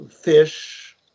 fish